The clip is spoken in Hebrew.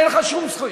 אין לך שום זכות.